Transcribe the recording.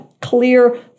clear